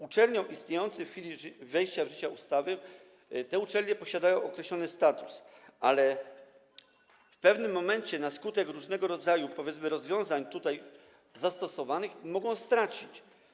Uczelnie istniejące w chwili wejścia w życie ustawy posiadają określony status, ale w pewnym momencie na skutek różnego rodzaju, powiedzmy, rozwiązań tutaj zastosowanych mogą go stracić.